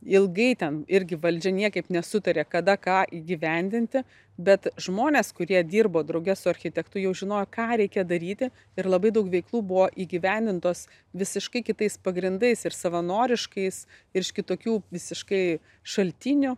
ilgai ten irgi valdžia niekaip nesutarė kada ką įgyvendinti bet žmonės kurie dirbo drauge su architektu jau žinojo ką reikia daryti ir labai daug veiklų buvo įgyvendintos visiškai kitais pagrindais ir savanoriškais ir iš kitokių visiškai šaltinių